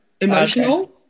Emotional